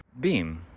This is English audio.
beam